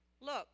Look